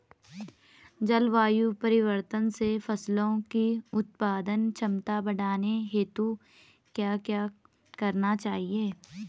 जलवायु परिवर्तन से फसलों की उत्पादन क्षमता बढ़ाने हेतु क्या क्या करना चाहिए?